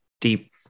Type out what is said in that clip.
deep